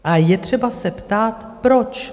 A je třeba se ptát proč?